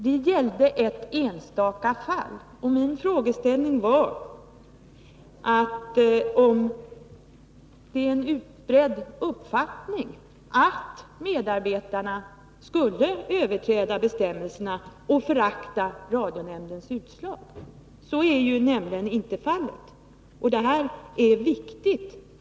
Det gällde ett enstaka fall, och min fråga var om det är en utbredd uppfattning att medarbetarna överträder bestämmelserna och föraktar radionämndens utslag. Så är nämligen inte fallet.